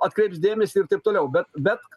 atkreips dėmesį ir taip toliau bet bet